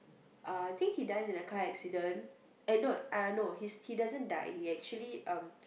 uh I think he dies in a car accident and no uh no he doesn't die he actually um